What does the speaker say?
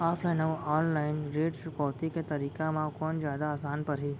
Offline अऊ online ऋण चुकौती के तरीका म कोन जादा आसान परही?